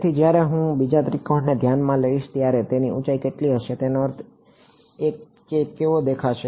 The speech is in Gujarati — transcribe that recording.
તેથી જ્યારે હું બીજા ત્રિકોણને ધ્યાનમાં લઈશ ત્યારે તેની ઊંચાઈ કેટલી હશે તેનો અર્થ એ કે તે કેવો દેખાશે